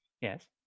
Yes